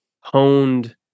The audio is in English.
honed